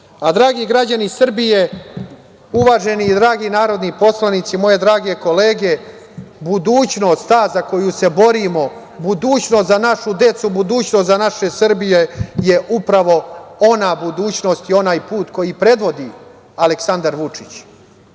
građani Srbije, uvaženi dragi narodni poslanici, moje drage kolege, budućnost ta za koju se borimo, budućnost za našu decu, budućnost za našu Srbiju je upravo ona budućnost i onaj put koji predvodi Aleksandar Vučić,